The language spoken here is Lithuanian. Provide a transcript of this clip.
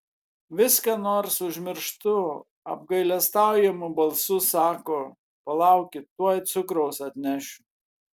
vis ką nors užmirštu apgailestaujamu balsu sako palaukit tuoj cukraus atnešiu